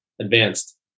advanced